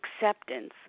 acceptance